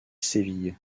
séville